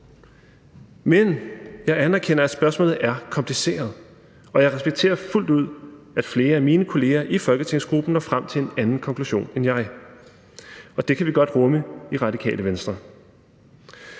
men jeg anerkender, at spørgsmålet er kompliceret, og jeg respekterer fuldt ud, at flere af mine kollegaer i folketingsgruppen når frem til en anden konklusion end mig, og det kan vi godt rumme i Radikale Venstre.